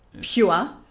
pure